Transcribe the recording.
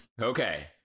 Okay